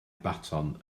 baton